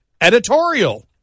editorial